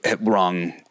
wrong